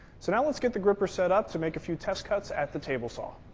so now let's get the grr-ripper set up to make a few test cuts at the table saw.